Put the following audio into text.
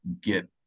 get